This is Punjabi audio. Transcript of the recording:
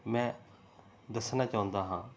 ਮੈਂ ਦੱਸਣਾ ਚਾਹੁੰਦਾ ਹਾਂ